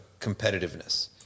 competitiveness